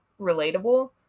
relatable